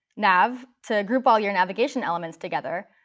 nav to group all your navigation elements together,